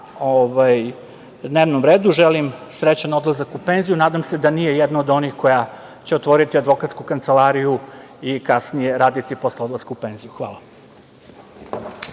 dnevnom redu želim srećan odlazak u penziju. Nadam se da nije jedna od onih koji će otvoriti advokatsku kancelariju i kasnije raditi posle odlaska u penziju. Hvala.